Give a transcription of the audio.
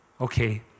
okay